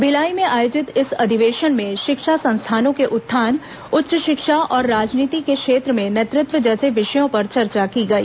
भिलाई में आयोजित इस अधिवेशन में शिक्षा संस्थानों के उत्थान उच्च शिक्षा और राजनीति के क्षेत्र में नेतृत्व जैसे विषयों पर चर्चा की गई